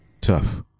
tough